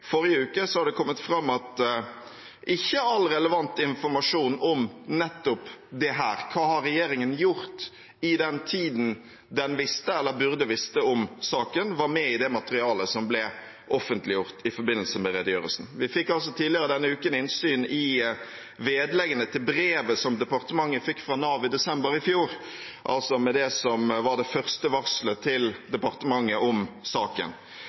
forrige uke har det kommet fram at ikke all relevant informasjon om hva regjeringen har gjort i den tiden den visste eller burde ha visst om saken, var med i det materialet som ble offentliggjort i forbindelse med redegjørelsen. Vi fikk tidligere i denne uken innsyn i vedleggene til brevet som departementet fikk fra Nav i desember i fjor – altså det som var det første varselet til departementet om saken.